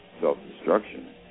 self-destruction